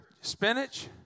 spinach